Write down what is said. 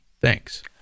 Thanks